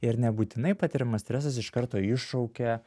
ir nebūtinai patiriamas stresas iš karto iššaukia